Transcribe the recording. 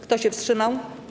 Kto się wstrzymał?